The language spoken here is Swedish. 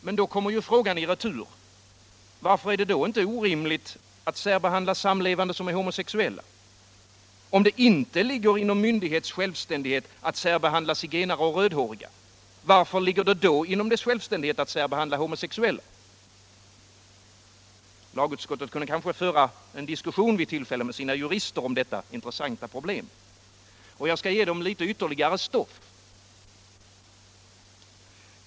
Men då kommer ju frågan i retur: Varför är det då inte orimligt att särbehandla samlevande som är homosexuella? Om det inte ligger inom myndighets självständighet att särbehandla zigenare och rödhåriga, varför ligger det då inom dess självständighet att särbehandla homosexuella? Lagutskottet borde vid tillfälle föra en diskussion med sina jurister om detta intressanta problem. Jag skall ge dem ytterligare stoff.